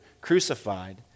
crucified